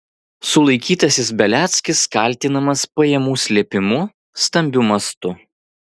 sulaikytasis beliackis kaltinamas pajamų slėpimu stambiu mastu